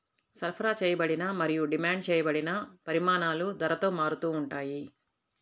సరఫరా చేయబడిన మరియు డిమాండ్ చేయబడిన పరిమాణాలు ధరతో మారుతూ ఉంటాయి